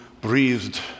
breathed